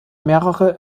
mehrere